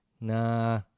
Nah